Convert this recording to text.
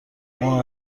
ماه